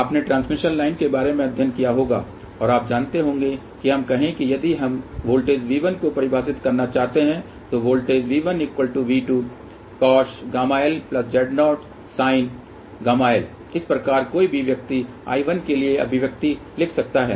आपने transmission line के बारे में अध्ययन किया होगा और आप जानते होंगे कि हम कहें कि यदि हम वोल्टेज V1 को परिभाषित करना चाहते हैं तो वोल्टेज V1V2 coshγlZ0 sinhγl इसी प्रकार कोई भी व्यक्ति I1 के लिए अभिव्यक्ति लिख सकता है